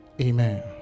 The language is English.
Amen